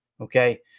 okay